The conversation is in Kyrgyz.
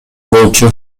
болчу